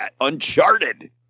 Uncharted